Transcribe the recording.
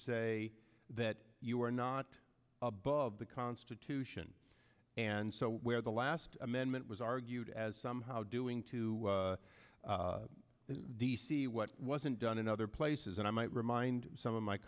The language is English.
say that you are not above the constitution and so where the last amendment was argued as somehow doing to d c what wasn't done in other places and i might remind some of my